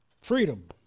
Freedom